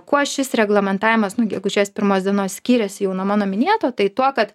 kuo šis reglamentavimas nuo gegužės pirmos dienos skiriasi jauna mano minėto tai tuo kad